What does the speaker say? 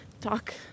talk